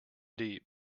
deep